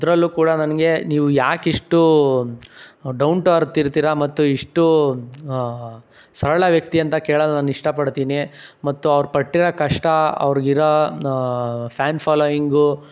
ಅದರಲ್ಲೂ ಕೂಡ ನನಗೆ ನೀವು ಏಕಿಷ್ಟು ಡೌನ್ ಟು ಅರ್ತ್ ಇರ್ತೀರ ಮತ್ತು ಇಷ್ಟು ಸರಳ ವ್ಯಕ್ತಿ ಅಂತ ಕೇಳಲು ನಾನು ಇಷ್ಟಪಡ್ತೀನಿ ಮತ್ತು ಅವರು ಪಟ್ಟಿರೋ ಕಷ್ಟ ಅವರಿಗಿರೋ ಫ್ಯಾನ್ ಫಾಲೋವಿಂಗು